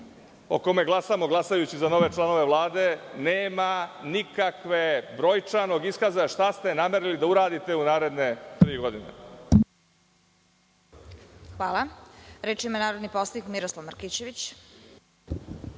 o kome glasamo, glasajući za nove članove Vlade, nema nikakvog brojčanog iskaza šta ste namerili da uradite u naredne tri godine. **Vesna Kovač** Hvala. Reč ima narodni poslanik Miroslav Markićević.